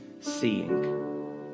seeing